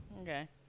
okay